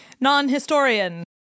Non-historian